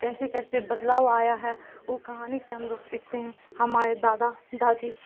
کیسے کیسے بدلاؤ آیا ہے وہ کہانی سے ہم لوگ سیکھتے ہیں ہمارے دادا دادی